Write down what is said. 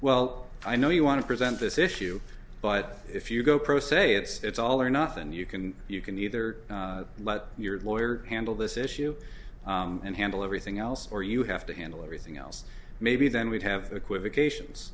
well i know you want to present this issue but if you go pro se it's all or nothing you can you can either but your lawyer handle this issue and handle everything else or you have to handle everything else maybe then we'd have equivocations